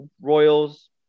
Royals